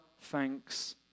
thanks